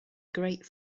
great